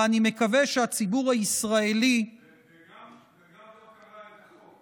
ואני מקווה שהציבור הישראלי וגם לא קרא את החוק.